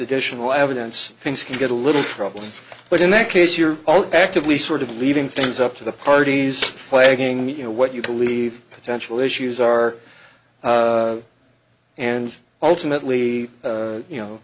additional evidence things can get a little trouble but in that case you're all actively sort of leaving things up to the parties playing you know what you believe potential issues are and ultimately you know